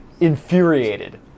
infuriated